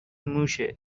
موشه